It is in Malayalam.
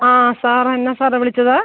ആ സാർ എന്നാ സാറേ വിളിച്ചത്